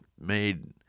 made